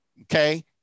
okay